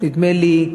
נדמה לי,